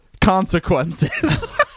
Consequences